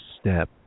step